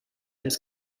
his